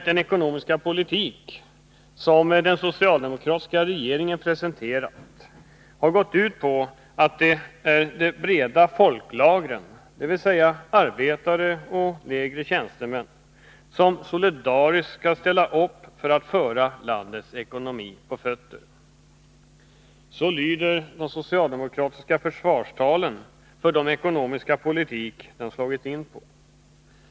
Den ekonomiska politik som den socialdemokratiska regeringen presenterat har inriktats på att det är de breda folklagren, dvs. arbetare och lägre tjänstemän, som solidariskt skall ställa upp för att föra landets ekonomi på fötter. Så lyder socialdemokraternas försvarstal för den ekonomiska politik de slagit in på.